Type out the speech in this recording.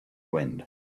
wind